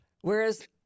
Whereas